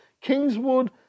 Kingswood